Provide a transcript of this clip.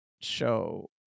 show